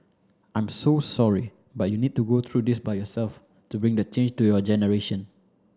I'm so sorry but you need to go through this by yourself to bring the change to your generation